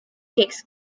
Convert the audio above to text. takes